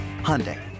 Hyundai